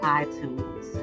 iTunes